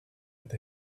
with